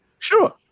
sure